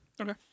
Okay